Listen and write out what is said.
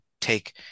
take